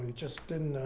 just didn't,